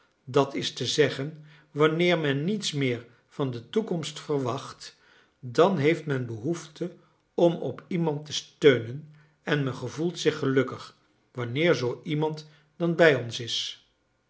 dat is te zeggen wanneer men niets meer van de toekomst verwacht dan heeft men behoefte om op iemand te steunen en men gevoelt zich gelukkig wanneer zoo iemand dan bij ons is